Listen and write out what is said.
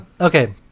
Okay